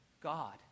God